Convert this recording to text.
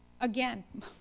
Again